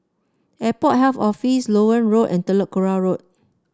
Airport Health Office Loewen Road and Telok Kurau Road